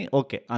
okay